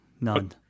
None